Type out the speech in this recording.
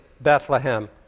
Bethlehem